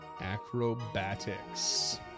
Acrobatics